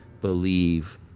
believe